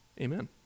Amen